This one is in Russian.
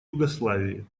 югославии